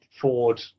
Ford